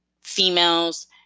females